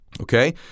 Okay